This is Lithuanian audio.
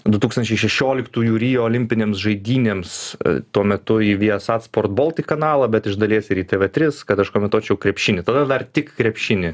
du tūkstančiai šešioliktųjų rio olimpinėms žaidynėms tuo metu į viasat sport baltic kanalą bet iš dalies ir į tv tris kad aš komentuočiau krepšinį tada dar tik krepšinį